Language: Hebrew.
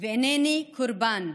ואינני קורבן.